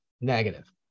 negative